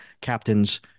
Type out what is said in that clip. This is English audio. captain's